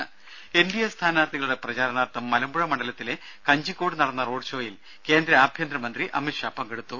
രുര എൻഡിഎ സ്ഥാനാർത്ഥികളുടെ പ്രചരണാർത്ഥം മലമ്പുഴ മണ്ഡലത്തിലെ കഞ്ചിക്കോട് നടന്ന റോഡ് ഷോയിൽ കേന്ദ്ര ആഭ്യന്തര മന്ത്രി അമിത്ഷാ പങ്കെടുത്തു